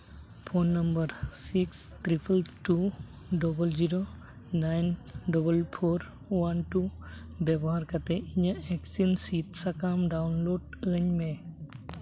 phone number six triple two double zero nine double four one two ᱵᱮᱵᱚᱦᱟᱨ ᱠᱟᱛᱮᱫ ᱤᱧᱟᱹᱜ ᱤᱭᱮᱠᱥᱤᱱ ᱥᱤᱫᱽ ᱥᱟᱠᱟᱢ ᱰᱟᱣᱩᱱᱞᱳᱰ ᱟᱹᱧᱢᱮ